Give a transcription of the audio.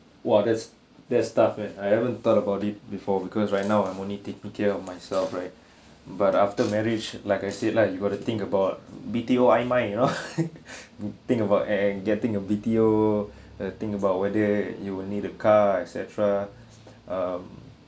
!wah! that's that's tough and I haven't thought about it before because right now I'm only taking care of myself right but after marriage like I said lah you got to think about B_T_O in mind oh think about and getting a B_T_O uh think about whether you will need the car etcetera um